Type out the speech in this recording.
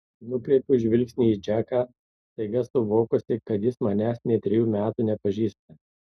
nukreipiu žvilgsnį į džeką staiga suvokusi kad jis manęs nė trejų metų nepažįsta